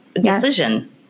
decision